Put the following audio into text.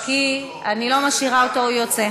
אפשר להשאיר אותו, אני לא משאירה אותו, הוא יוצא.